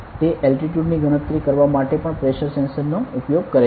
તે એલ્ટિટ્યુડ ની ગણતરી કરવા માટે પણ પ્રેશર સેન્સર નો ઉપયોગ કરે છે